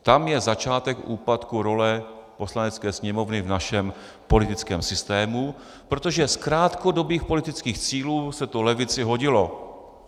Tam je začátek úpadku role Poslanecké sněmovny v našem politickém systému, protože z krátkodobých politických cílů se to levici hodilo.